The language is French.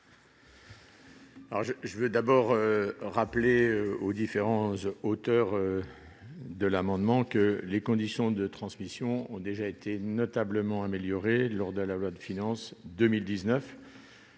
Je veux d'abord rappeler aux différents auteurs de ces amendements que les conditions de transmission ont déjà été notablement améliorées lors de la loi de finances 2019,